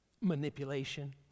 manipulation